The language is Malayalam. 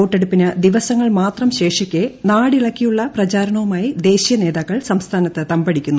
വോട്ടെടുപ്പിന് ദിവസങ്ങൾ മാത്രം ശേഷിക്കെ നാടിളക്കിയുള്ള പ്രചാരണവുമായി ദേശീയ നേതാക്കൾ സംസ്ഥാനത്ത് തമ്പടിക്കുന്നു